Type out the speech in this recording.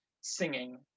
singing